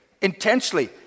intensely